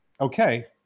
Okay